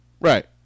Right